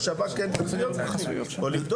והשב"כ כן צריך להיות בפנים או לבדוק.